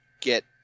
get